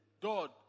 God